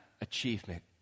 achievement